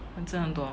真的很多